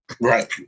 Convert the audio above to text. Right